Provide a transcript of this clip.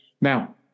now